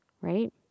Right